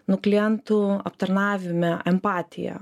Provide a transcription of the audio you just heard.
nu klientų aptarnavime empatija